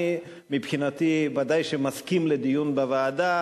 אני מבחינתי בוודאי מסכים לדיון בוועדה,